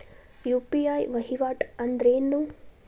UPI ವಹಿವಾಟ್ ಅಂದ್ರೇನು?